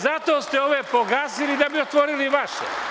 Zato ste ove pogasili, da bi otvorili vaše.